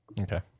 Okay